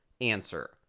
Answer